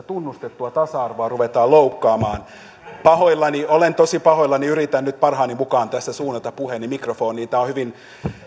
tunnustettua tasa arvoa ruvetaan loukkaamaan olen pahoillani olen tosi pahoillani yritän nyt parhaani mukaan tässä suunnata puheeni mikrofoniin kun tämä on hyvin